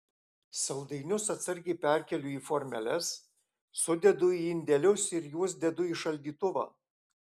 saldainius atsargiai perkeliu į formeles sudedu į indelius ir juos dedu į šaldytuvą